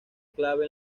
clave